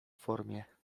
formie